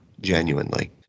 genuinely